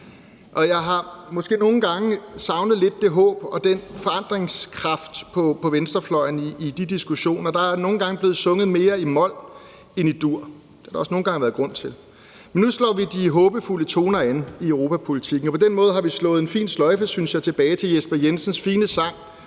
Jeg har måske nogle gange lidt savnet det håb og den forandringskraft på venstrefløjen i de diskussioner. Der er nogle gange blevet sunget mere i mol end i dur. Det har der også nogle gange været grund til. Men nu slår vi de håbefulde toner an i europapolitikken, og på den måde har vi trukket en tråd tilbage, synes jeg, til Jesper Jensens fine sang